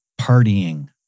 partying